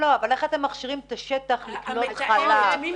אבל איך אתם מכשירים את השטח לקלוט חלב?